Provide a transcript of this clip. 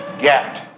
get